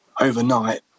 Overnight